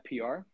PR